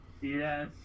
Yes